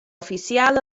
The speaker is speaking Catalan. oficial